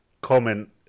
comment